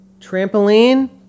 Trampoline